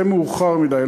זה מאוחר מדי,